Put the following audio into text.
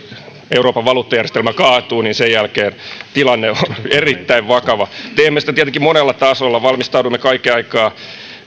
euroopan valuuttajärjestelmä kaatuu niin sen jälkeen tilanne on erittäin vakava teemme sitä tietenkin monella tasolla valmistaudumme kaiken aikaa